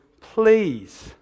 Please